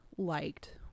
liked